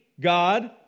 God